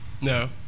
No